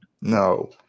no